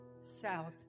south